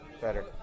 Better